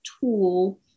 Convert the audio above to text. tool